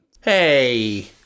Hey